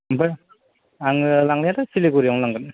ओमफ्राय आङो लांनायाथ' सिलिगुरियावनो लांगोन